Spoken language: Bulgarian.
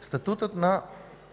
Статутът на